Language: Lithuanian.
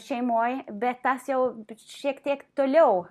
šeimoj bet tas jau šiek tiek toliau